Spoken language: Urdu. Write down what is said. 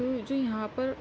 تو جو یہاں پر